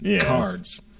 cards